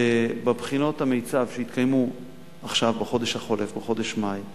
בבחינות המיצ"ב שהתקיימו בחודש החולף, בחודש מאי,